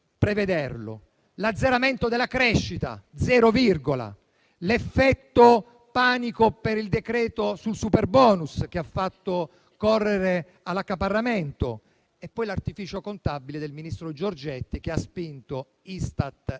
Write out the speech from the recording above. prevedere: l'azzeramento della crescita (zero virgola), l'effetto panico per il decreto sul superbonus, che ha fatto correre all'accaparramento, e poi l'artificio contabile del ministro Giorgetti, che ha spinto Istat